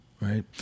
Right